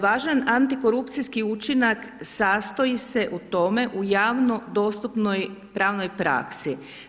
Važan antikorupcijski učinak sastoji se u tome, u javno dostupnoj pravnoj praksi.